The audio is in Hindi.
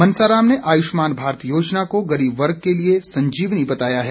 मनसाराम ने आयुष्मान भारत योजना को गरीब वर्ग के लिए संजीवनी बताया है